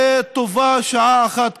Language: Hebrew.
וטובה שעה אחת קודם.